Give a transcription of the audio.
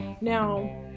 now